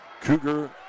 Cougar